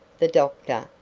the doctor,